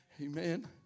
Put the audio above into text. Amen